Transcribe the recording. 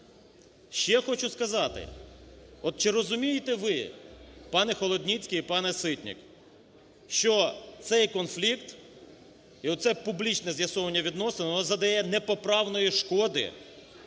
Ще хочу сказати, от чи розумієте ви, пане Холодницький і пане Ситник, що цей конфлікт і оце публічне з'ясовування відносин, воно задає непоправної шкоди